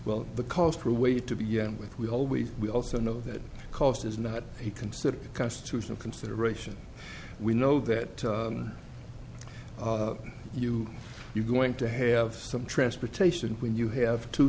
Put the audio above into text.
well the cost or weight to begin with we always we also know that cost is not considered a constitutional consideration we know that you you going to have some transportation when you have two